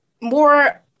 more